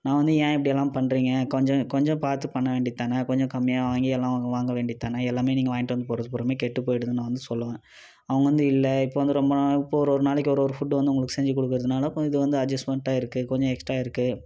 நான் வந்து ஏன் இப்படியெல்லாம் பண்றீங்க கொஞ்சம் கொஞ்சம் பார்த்து பண்ண வேண்டிதானே கொஞ்சம் கம்மியாக வாங்கி எல்லாம் வாங்க வேண்டிதானே எல்லாமே நீங்கள் வாங்கிட்டு வந்து போடுறது பூராவுமே கெட்டு போயிடுதுன்னு நான் வந்து சொல்லுவேன் அவுஙக வந்து இல்லை இப்போ வந்து ரொம்ப இப்போ வந்து ஒரு ஒரு நாளைக்கு ஒரு ஒரு ஃபுட்டு வந்து உங்களுக்கு செஞ்சு கொடுக்குறதுனால இது வந்து அஜெஸ்மென்ட்டாக இருக்குது கொஞ்சம் எக்ஸ்ட்ரா இருக்குது